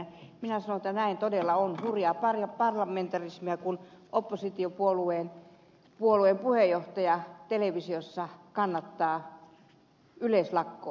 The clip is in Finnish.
minä sanon että näin todella on hurjaa parlamentarismia kun oppositiopuolueen puheenjohtaja televisiossa kannattaa yleislakkoa